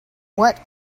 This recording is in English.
what